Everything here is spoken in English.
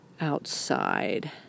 outside